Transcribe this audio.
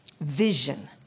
vision